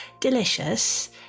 delicious